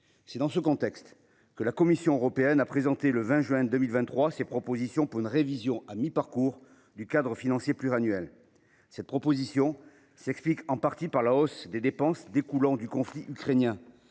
C’est dans ce contexte que la Commission européenne a présenté, le 20 juin 2023, ses propositions pour une révision à mi parcours du cadre financier pluriannuel. Cette proposition s’explique en partie par la hausse des dépenses découlant du conflit ukrainien,